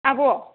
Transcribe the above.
आब'